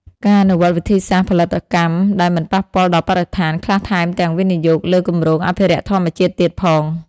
ការអនុវត្តវិធីសាស្រ្តផលិតកម្មដែលមិនប៉ះពាល់បរិស្ថាន ខ្លះថែមទាំងវិនិយោគលើគម្រោងអភិរក្សធម្មជាតិទៀតផង ។